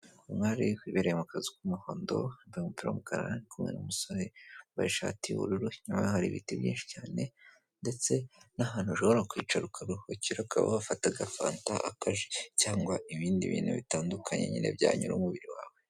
Umwari wibereye mu kazu k'umuhondo wambaye umupira w'umukara kumwe n'umusorembaye ishati yubururu nawe hari ibiti byinshi cyane ndetse n'ahantu ushobora kwicara ukaruhukira ukaba wafataga fanta akaji cyangwa ibindi bintu bitandukanye nyine byanyura umubiri wawe.